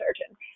surgeon